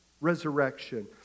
resurrection